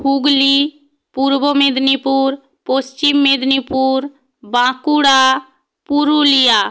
Hooghly Purba Medinipur Paschim Medinipur Bankura Purulia